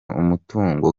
umutungo